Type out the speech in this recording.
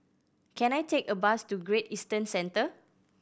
can I take a bus to Great Eastern Center